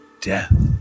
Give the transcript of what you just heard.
death